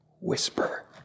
whisper